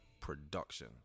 production